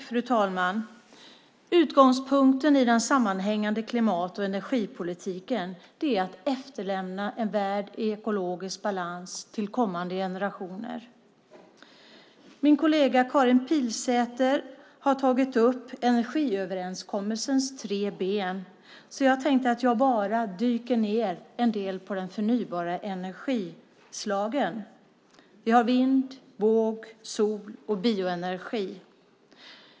Fru talman! Utgångspunkten i den sammanhängande klimat och energipolitiken är att till kommande generationer efterlämna en värld i ekologisk balans. Min kollega Karin Pilsäter har tagit upp energiöverenskommelsens tre ben, så jag dyker bara ned på de förnybara energislagen. Vi har vind-, våg-, sol och bioenergi.